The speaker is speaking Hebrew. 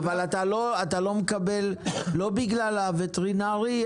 אתה לא מקבל בגלל השירות הווטרינרי,